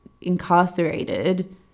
incarcerated